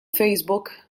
facebook